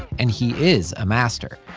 and he is a master.